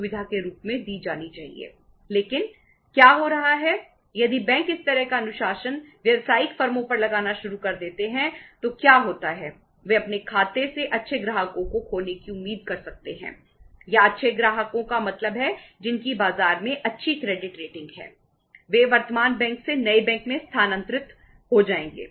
वे वर्तमान बैंक से नए बैंक में स्थानांतरित हो जाएंगे